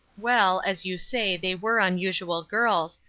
well, as you say, they were unusual girls,